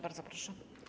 Bardzo proszę.